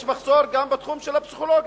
יש מחסור גם בתחום של הפסיכולוגים.